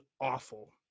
awful